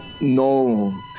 no